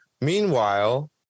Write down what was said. Meanwhile